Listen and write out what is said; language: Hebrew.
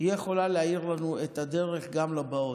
יכולה להאיר לנו את הדרך גם לבאות.